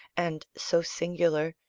and so singular,